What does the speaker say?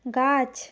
গাছ